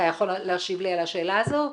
אתה יכול להשיב לי על השאלה הזאת?